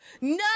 No